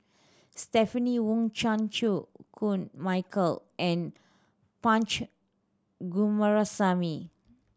Stephanie Wong Chan Chew Koon Michael and Punch Coomaraswamy